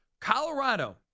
Colorado